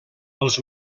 els